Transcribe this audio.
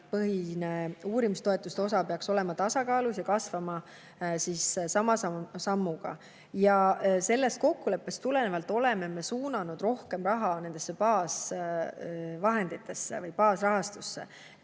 uurimistoetuste osa peaks olema tasakaalus ja kasvama sama sammuga. Sellest kokkuleppest tulenevalt oleme me suunanud rohkem raha baasvahenditesse või baasrahastusse,